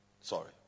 Sorry